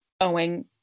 owing